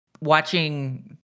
watching